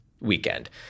weekend